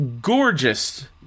gorgeous